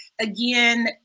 again